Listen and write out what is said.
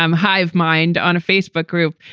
um hive mind on a facebook group.